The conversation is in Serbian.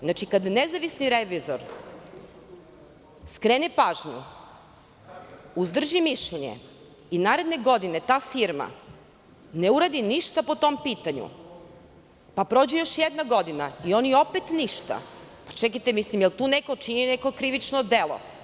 Znači, kada nezavisni revizor skrene pažnju, i naredne godine ta firma ne uradi ništa po tom pitanju, pa prođe još jedna godina, a oni opet ništa, čekajte, da li tu neko čini krivično delo?